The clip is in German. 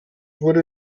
wurde